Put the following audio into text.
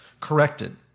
corrected